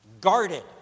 guarded